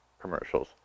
commercials